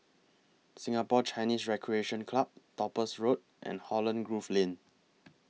Singapore Chinese Recreation Club Topaz Road and Holland Grove Lane